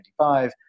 1995